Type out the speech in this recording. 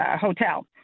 hotel